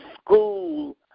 school